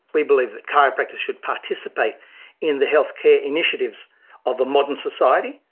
we believe that chiropractors should participate in the healthcare initiatives of a modern society,